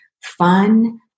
fun